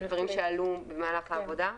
דברים שעלו במהלך העבודה.